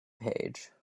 page